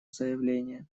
заявления